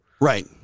Right